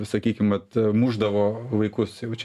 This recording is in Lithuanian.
sakykim vat mušdavo vaikus jau čia